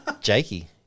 Jakey